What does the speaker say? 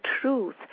truth